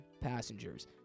passengers